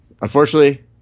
unfortunately